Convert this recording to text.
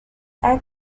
act